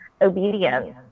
obedience